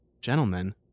gentlemen